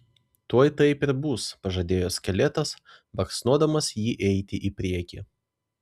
tuoj taip ir bus pažadėjo skeletas baksnodamas jį eiti į priekį